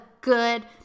good